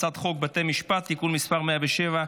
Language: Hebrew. הצעת חוק בתי המשפט (תיקון מס' 107)